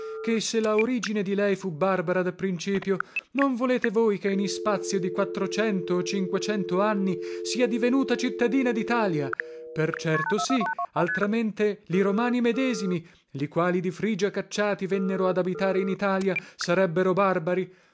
ché se la origine di lei fu barbara da principio non volete voi che in ispazio di quattrocento o cinquecento anni sia divenuta cittadina ditalia per certo sì altramente li romani medesimi li quali di frigia cacciati vennero ad abitare in italia sarebbero barbari